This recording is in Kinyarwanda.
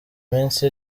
minsi